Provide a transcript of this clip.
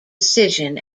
decision